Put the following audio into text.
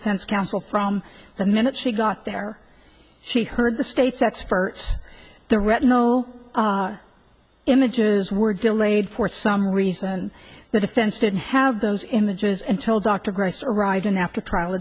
defense counsel from the minute she got there she heard the state's experts the retinal images were delayed for some reason the defense didn't have those images and told dr grace arrived in after trial